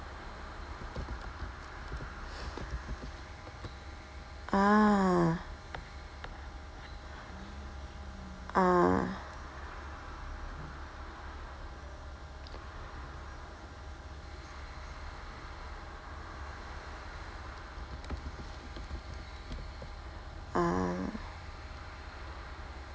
ah ah ah